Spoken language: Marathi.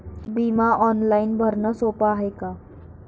बिमा ऑनलाईन भरनं सोप हाय का?